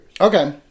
okay